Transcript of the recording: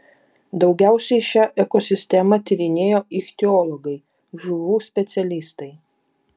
daugiausiai šią ekosistemą tyrinėjo ichtiologai žuvų specialistai